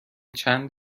چند